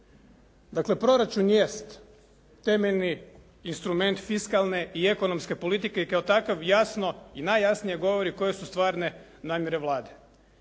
Dakle, proračun jest temeljni instrument fiskalne i ekonomske politike i kao takav jasno i najjasnije govori koje su stvarne namjere Vlade.